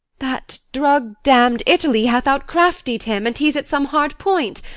that drug-damn'd italy hath out-craftied him, and he's at some hard point.